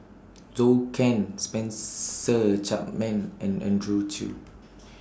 Zhou Can Spencer Chapman and Andrew Chew